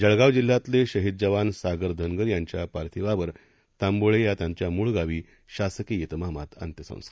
जळगावजिल्ह्यातलेशहीदजवानसागरधनगरयांच्यापार्थिवावर तांबोळेयात्यांच्यामूळगावीशासकीय तिमामातअंत्यसंस्कार